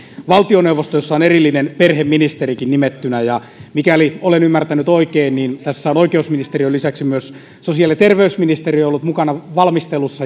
valtioneuvosto jossa on erillinen perheministerikin nimettynä ja mikäli olen ymmärtänyt oikein tässä valmistelussa on oikeusministeriön lisäksi ollut myös sosiaali ja terveysministeriö mukana